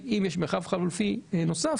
אם יש מרחב חלופי נוסף,